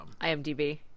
IMDb